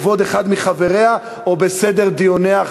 בכבוד אחד מחבריה או בסדר דיוניה".